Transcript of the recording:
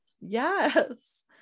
Yes